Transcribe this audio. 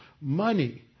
money